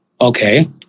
okay